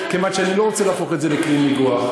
כיוון שאני לא רוצה להפוך את זה לכלי ניגוח,